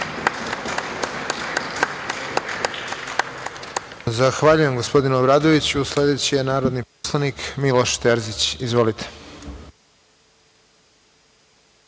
Zahvaljujem, gospodine Obradoviću. Sledeći je narodni poslanik Miloš Terzić. Izvolite.